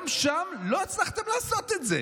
גם בו לא הצלחתם לעשות את זה.